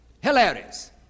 Hilarious